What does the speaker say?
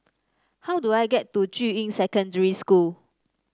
how do I get to Juying Secondary School